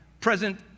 present